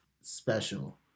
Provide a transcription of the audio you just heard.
special